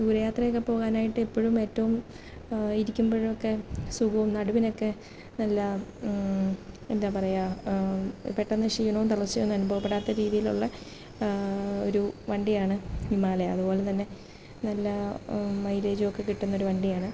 ദൂരെ യാത്രയൊക്കെ പോകാനായിട്ട് എപ്പോഴും ഏറ്റവും ഇരിക്കുമ്പോഴൊക്കെ സുഖവും നടുവിനൊക്കെ നല്ല എന്താ പറയുക പെട്ടെന്ന് ക്ഷീണവും തളർച്ചയൊന്നും അനുഭവപ്പെടാത്ത രീതിയിലുള്ള ഒരു വണ്ടിയാണ് ഹിമാലയ അതുപോലെ തന്നെ നല്ല മൈലേജുമൊക്കെ കിട്ടുന്ന ഒരു വണ്ടിയാണ്